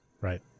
Right